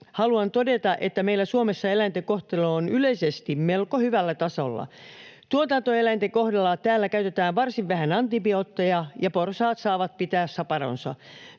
haluan todeta, että meillä Suomessa eläinten kohtelu on yleisesti melko hyvällä tasolla. Tuotantoeläinten kohdalla täällä käytetään varsin vähän antibiootteja, ja porsaat saavat pitää saparonsa.